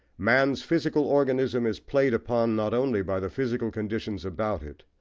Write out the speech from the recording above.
man's physical organism is played upon not only by the physical conditions about it,